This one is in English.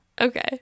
Okay